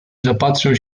zapatrzył